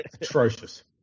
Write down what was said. atrocious